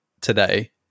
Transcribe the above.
today